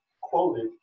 quoted